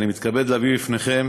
אני מתכבד להביא בפניכם